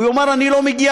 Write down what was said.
הוא יאמר: אני לא מגיע